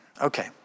Okay